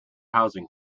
housing